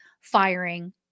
firing